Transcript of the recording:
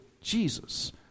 Jesus